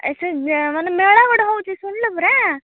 ଏ ସେ ଯେ ମାନେ ମେଳା ଗୋଟେ ହେଉଛି ଶୁଣିଲୁ ପରା